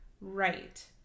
right